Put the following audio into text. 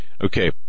Okay